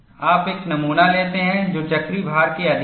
आप एक नमूना लेते हैं जो चक्रीय भार के अधीन है